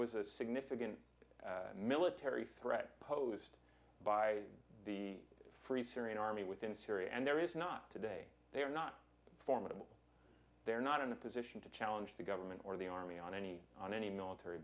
was a significant military threat posed by the free syrian army within syria and there is not today they are not formidable they're not in a position to challenge the government or the army on any on any military